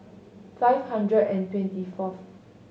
five hundred and twenty fourth